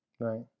Right